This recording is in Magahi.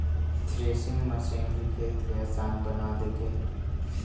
थ्रेसिंग मशीन भी खेती के आसान बना देके हइ